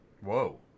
Whoa